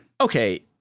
okay